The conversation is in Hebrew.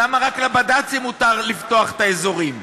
למה רק לבד"צים מותר לפתוח את האזורים,